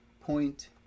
point